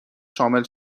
شامل